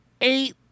eight